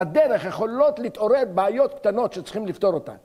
בדרך יכולות להתעורר בעיות קטנות שצריכים לפתור אותן